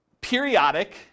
periodic